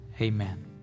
Amen